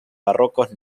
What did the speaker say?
barrocos